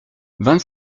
vingt